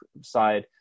side